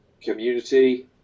community